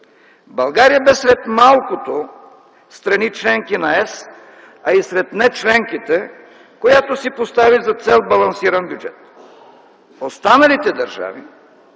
България бе сред малкото страни-членки на Европейския съюз, а и сред не членките, която си постави за цел балансиран бюджет. Останалите държави